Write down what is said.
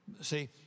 see